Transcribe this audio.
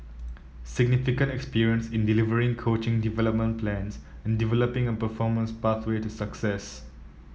significant experience in delivering coaching development plans and developing a performance pathway to success